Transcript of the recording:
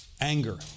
anger